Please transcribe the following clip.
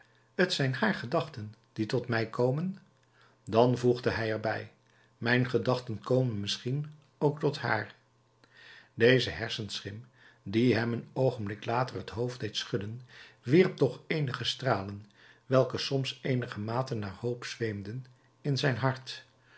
t zijn haar gedachten die tot mij komen dan voegde hij er bij mijn gedachten komen misschien ook tot haar deze hersenschim die hem een oogenblik later het hoofd deed schudden wierp toch eenige stralen welke soms eenigermate naar hoop zweemden in zijn hart